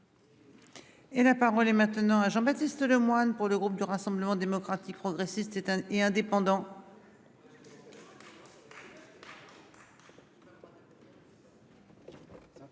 Et la parole est maintenant à Jean-Baptiste Lemoyne pour le groupe du Rassemblement démocratique progressiste éteint et indépendant.